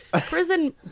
Prison